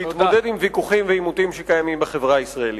להתמודד עם ויכוחים ועימותים שקיימים בחברה הישראלית.